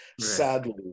sadly